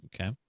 okay